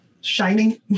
shining